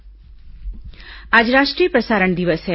राष्ट्रीय प्रसारण दिवस आज राष्ट्रीय प्रसारण दिवस है